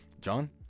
John